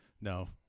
No